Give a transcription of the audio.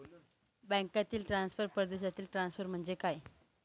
बँकांतील ट्रान्सफर, परदेशातील ट्रान्सफर म्हणजे काय?